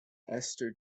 esther